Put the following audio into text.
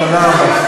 תודה רבה.